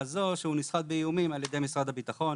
זו שהוא נסחט באיומים על ידי משרד הביטחון